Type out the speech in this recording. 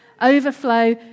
overflow